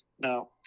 Now